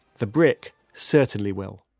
the brick certainly will